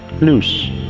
loose